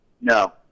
No